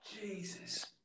Jesus